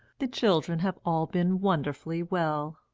the children have all been wonderfully well,